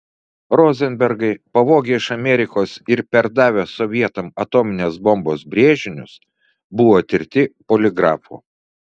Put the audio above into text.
rozenbergai pavogę iš amerikos ir perdavę sovietam atominės bombos brėžinius buvo tirti poligrafu